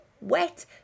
wet